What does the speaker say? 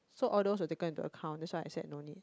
so all those were taken into account that's why I said no need